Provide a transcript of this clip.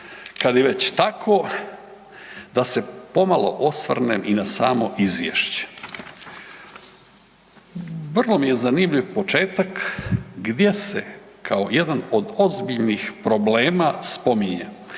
kad je već tako da se pomalo osvrnem i na samo izvješće. Vrlo mi je zanimljiv početak gdje se kao jedan od ozbiljnih problema spominje